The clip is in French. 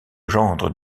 gendre